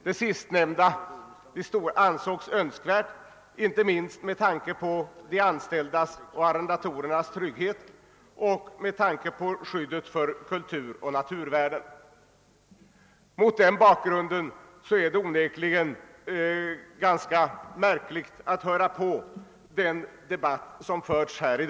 Det sistnämnda ansågs Önskvärt inte minst med tanke på de anställdas och arrendatorernas trygghet och med tanke på skyddet för kulturoch naturvärden. Mot denna bakgrund är det onekligen en ganska märklig debatt som förts i går och i dag i denna kammare.